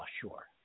sure